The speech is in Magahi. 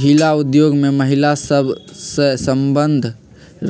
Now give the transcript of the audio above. हिला उद्योग में महिला सभ सए संबंध